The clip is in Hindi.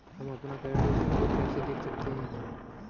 हम अपना क्रेडिट स्कोर कैसे देख सकते हैं?